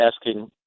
asking